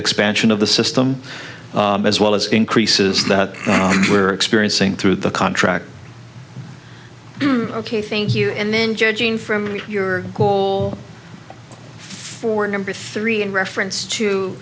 expansion of the system as well as increases that we're experiencing through the contract ok thank you and then judging from your goal for number three in reference to